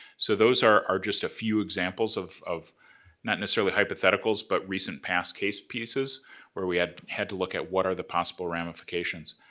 so those are are just a few examples of, not necessarily hypotheticals, but recent past case pieces where we had had to look at what are the possible ramifications.